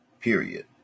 Period